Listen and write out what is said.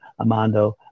Amando